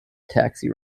taxi